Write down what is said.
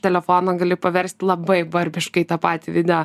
telefono gali paversti labai barbiškai tą patį video